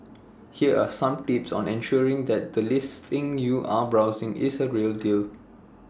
here are some tips on ensuring that the listing you are browsing is the real deal